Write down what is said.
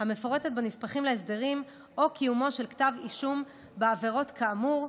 המפורטת בנספחים להסדרים או קיומו של כתב אישום בעבירות כאמור,